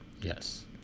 Yes